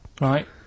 right